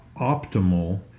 optimal